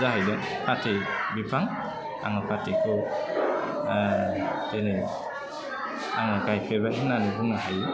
जाहैदों फाथै बिफां आङो फाथैखौ बिदिनो आङो गायफेरबाय होन्नानै बुंनो हायो